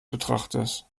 betrachters